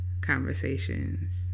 conversations